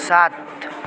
सात